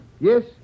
Yes